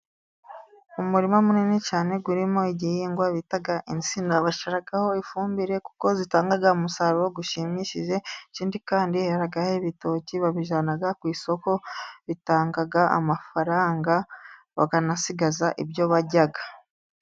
Umurima munini cyane urimo igihingwa bita insina. Bashyiraho ifumbire kuko zitanga umusaruro ushimishije. Ikindi kandi heraho ibitoki babijyana ku isoko bitanga amafaranga bakanasigaza ibyo barya.